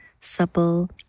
supple